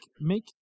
make